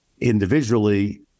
individually